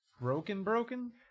broken-broken